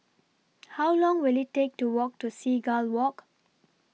How Long Will IT Take to Walk to Seagull Walk